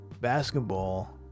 Basketball